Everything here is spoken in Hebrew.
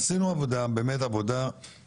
עשינו עבודה באמת סיזיפית,